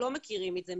לא מכירים את זה,